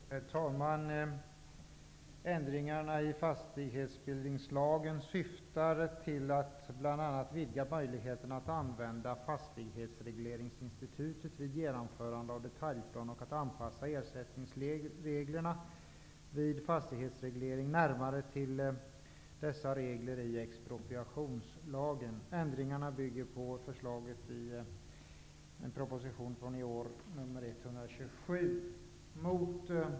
Herr talman! Ändringarna i fastighetsbildningslagen syftar till att bl.a. vidga möjligheterna att använda fastighetsregleringsinstitutet vid genomförande av detaljplan och att anpassa ersättningsreglerna vid fastighetsreglering närmare till reglerna i expropriationslagen. Ändringarna bygger på förslag i proposition 1991/92:127.